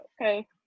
okay